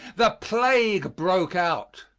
the plague broke out,